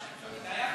זה היה בסדר.